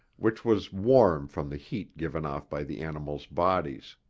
which was warm from the heat given off by the animals' bodies.